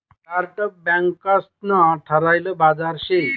startup बँकंस ना ठरायल बाजार शे